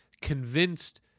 convinced